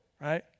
Right